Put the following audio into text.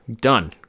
done